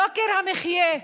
יוקר המחיה.